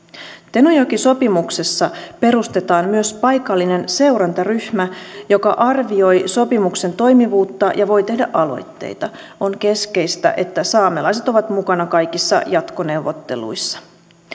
tenojoki sopimuksessa perustetaan myös paikallinen seurantaryhmä joka arvioi sopimuksen toimivuutta ja voi tehdä aloitteita on keskeistä että saamelaiset ovat mukana kaikissa jatkoneuvotteluissa